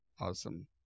Awesome